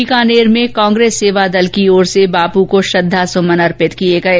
बीकानेर में कांग्रेस र्सेवा दल की ओर से बापू को श्रद्वासुमन अर्पित किये गये